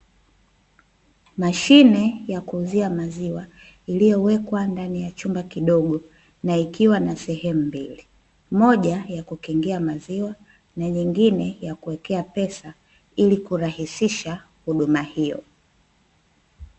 Mashine ya kuuzia maziwa iliyowekwa ndani ya chumba kidogo na ikiwa na sehemu mbili, moja ya kukingia maziwa na nyingine ya kuwekea pesa ili kurahisisha huduma hiyo.